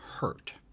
hurt